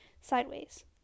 sideways